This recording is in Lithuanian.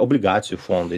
obligacijų fondai